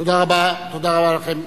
תודה רבה לכם.